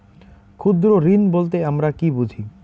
ক্ষুদ্র ঋণ বলতে আমরা কি বুঝি?